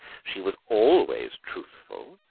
she was always truthful,